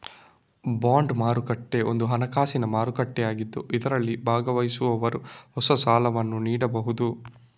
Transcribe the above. bond ಮಾರುಕಟ್ಟೆ ಒಂದು ಹಣಕಾಸಿನ ಮಾರುಕಟ್ಟೆಯಾಗಿದ್ದು ಇದರಲ್ಲಿ ಭಾಗವಹಿಸುವವರು ಹೊಸ ಸಾಲವನ್ನು ನೀಡಬಹುದು